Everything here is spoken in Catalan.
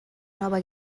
nova